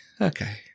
okay